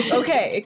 okay